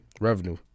Revenue